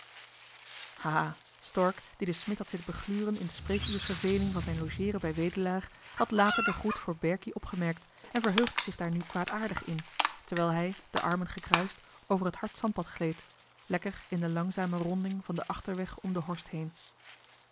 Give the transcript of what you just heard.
stork die den smid had zitten begluren in de spreekuurs verveling van zijn logeeren bij wedelaar had later den groet voor berkie opgemerkt en verheugde zich daar nu kwaadaardig in terwijl hij de armen gekruist over het hard zand pad gleed lekker in de langzame ronding van den achterweg om de horst heen